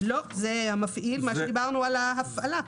לא, זה מה שדיברנו על ההפעלה.